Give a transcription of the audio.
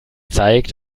zeigt